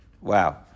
Wow